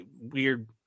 weird